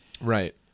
right